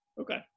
Okay